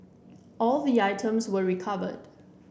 all the items were recovered